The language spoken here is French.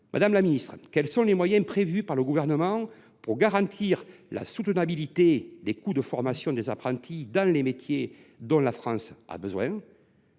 Madame la ministre, quels sont les moyens prévus par le Gouvernement pour garantir la soutenabilité des coûts de formation des apprentis dans les métiers dont la France a besoin ?